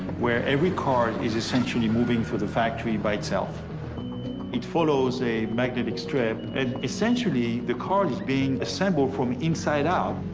where every card is essentially moving through the factory by itself it follows a magnetic strip and essentially the cart is being assembled from inside out.